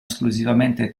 esclusivamente